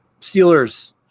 Steelers